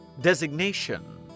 Designation